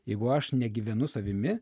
jeigu aš negyvenu savimi